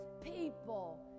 people